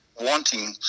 wanting